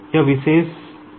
यह विशेष पद 0 के बराबर है